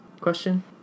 Question